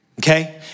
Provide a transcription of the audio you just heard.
Okay